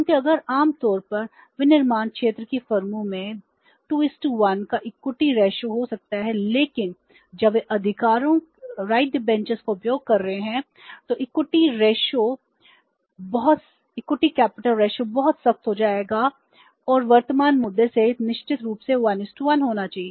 क्योंकि आम तौर पर विनिर्माण क्षेत्र की फर्मों में 2 1 का ऋण इक्विटी अनुपात बहुत सख्त हो जाएगा और वर्तमान मुद्दे सहित निश्चित रूप से 1 1 होना चाहिए